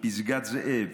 פסגת זאב,